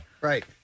Right